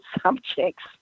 subjects